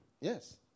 Yes